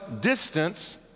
distance